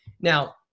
Now